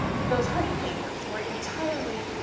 ah those honey papers were entirely